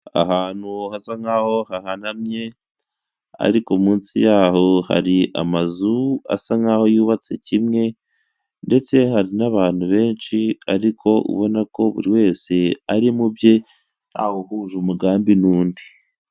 Ahantu hasa nk'aho hahanamye ariko munsi yaho hari amazu asa nkaho yubatse kimwe, ndetse hari n'abantu benshi ariko ubona ko buri wese ari mubye, ntawuhuje umugambi n'undi.